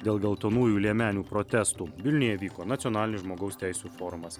dėl geltonųjų liemenių protestų vilniuje vyko nacionalinis žmogaus teisių forumas